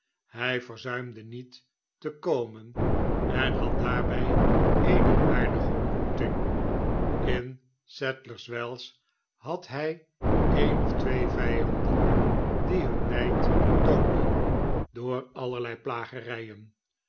hij verzuimde niet te komen en had daarbij eene aardige ontmoeting in sadlers wells had hij een of twee vijanden die hun nijd toonden door allerlei plagerijen